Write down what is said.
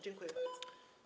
Dziękuję bardzo.